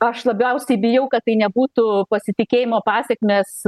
aš labiausiai bijau kad tai nebūtų pasitikėjimo pasekmės